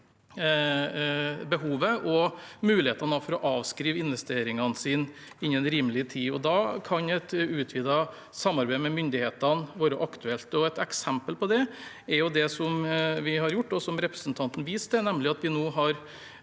og mulighetene for å avskrive investeringer innen rimelig tid. Da kan et utvidet samarbeid med myndighetene være aktuelt. Et eksempel på det er det vi har gjort, og som representanten viste